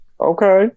okay